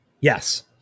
Yes